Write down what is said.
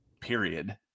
period